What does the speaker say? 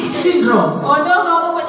syndrome